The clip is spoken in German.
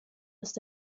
ist